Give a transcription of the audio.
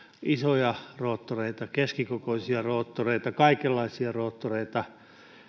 isoja roottoreita keskikokoisia roottoreita kaikenlaisia roottoreita